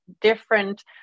different